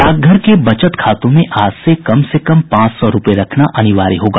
डाकघर के बचत खातों में आज से कम से कम पांच सौ रूपये रखना अनिवार्य होगा